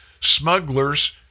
Smugglers